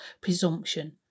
presumption